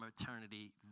eternity